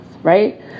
right